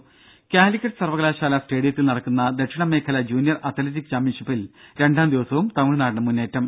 രുര കാലിക്കറ്റ് സർവകലാശാല സ്റ്റേഡിയത്തിൽ നടക്കുന്ന ദക്ഷിണ മേഖല ജൂനിയർ അത് ലറ്റിക് ചാമ്പൻഷിപ്പിൽ രണ്ടാം ദിവസവും തമിഴ്നാടിന് മുന്നേറ്റം